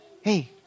hey